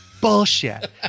bullshit